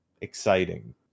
exciting